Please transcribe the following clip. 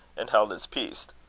and held his peace.